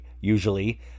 usually